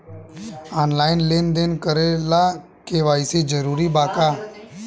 Online लेन देन करे ला के.वाइ.सी जरूरी बा का?